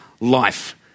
life